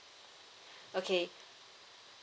okay